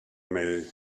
mee